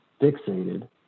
fixated